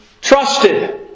trusted